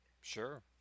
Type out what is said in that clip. Sure